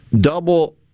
Double